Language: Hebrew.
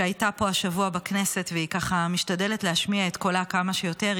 שהייתה פה השבוע בכנסת ומשתדלת להשמיע את קולה כמה שיותר.